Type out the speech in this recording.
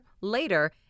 later